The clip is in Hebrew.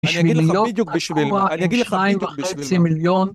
אני אגיד לך בדיוק בשביל מה, אני אגיד לך בדיוק בשביל מה